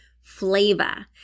flavor